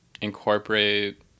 incorporate